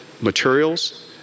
materials